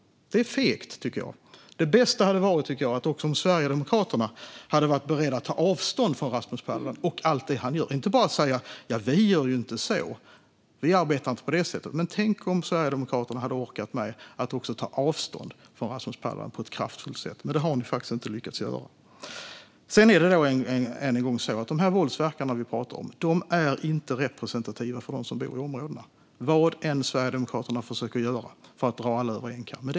Det är fegt, tycker jag. Det bästa hade varit, tycker jag, om Sverigedemokraterna hade varit beredda att ta avstånd från Rasmus Paludan och allt det han gör. De skulle då inte bara säga: Vi gör inte så. Vi arbetar inte på det sättet. Tänk om Sverigedemokraterna hade orkat med att också ta avstånd från Rasmus Paludan på ett kraftfullt sätt, men det har de faktiskt inte lyckats göra. De våldsverkare vi pratar om är inte representativa för dem som bor i områdena, även om Sverigedemokraterna försöker dra alla över en kam.